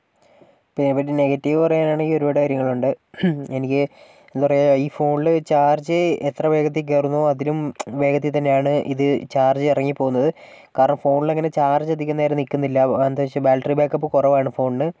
ഇവരുടെ നെഗറ്റീവ് പറയാനാണെങ്കിൽ ഒരുപാട് കാര്യങ്ങളുണ്ട് എനിക്ക് എന്താ പറയുക ഈ ഫോണില് ചാർജ് എത്ര വേഗത്തിൽ കയറുന്നുവോ അതിലും വേഗത്തിൽത്തന്നെയാണ് ഇത് ചാർജ് ഇറങ്ങിപ്പോകുന്നത് കാരണം ഫോണിൽ അങ്ങനെ ചാർജ് അധികനേരം നിൽക്കുന്നില്ല അതെന്താണെന്ന് വെച്ചാൽ ബാറ്ററി ബാക്കപ്പ് കുറവാണ് ഫോണിന്